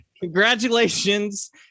Congratulations